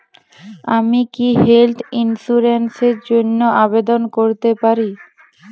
আমি কি health insurance র জন্য আবেদন করতে পারি?